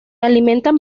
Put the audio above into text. alimentan